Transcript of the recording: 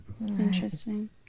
Interesting